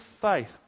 faith